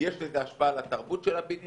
יש לזה השפעה על התרבות של הבניין.